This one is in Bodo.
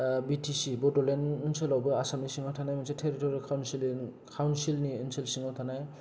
बि टि सि बड'लेण्ड ओनसोलावबो आसामनि सिंयाव थानाय मोनसे टेर'टरियेल काउनसिल काउनसिलनि ओनसोल सिंआव थानाय